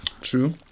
True